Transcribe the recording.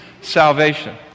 salvation